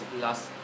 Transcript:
last